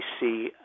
see